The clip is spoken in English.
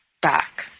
back